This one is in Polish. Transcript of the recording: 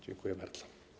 Dziękuję bardzo.